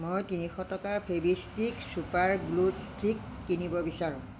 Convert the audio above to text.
মই তিনিশ টকাৰ ফেভিষ্টিক চুপাৰ গ্লো ষ্টিক কিনিব বিচাৰোঁ